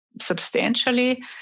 substantially